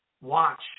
Watch